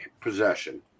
possession